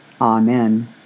Amen